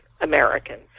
Americans